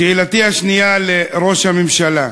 שאלתי השנייה לראש הממשלה: